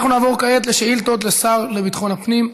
אנחנו נעבור כעת לשאילתות לשר לביטחון פנים.